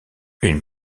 une